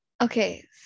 Okay